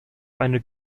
eine